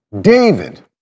David